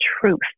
truth